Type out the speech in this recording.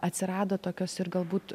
atsirado tokios ir galbūt